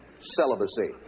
celibacy